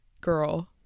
girl